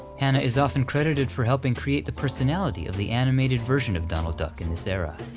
hannah is often credited for helping create the personality of the animated version of donald duck in this era.